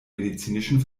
medizinischen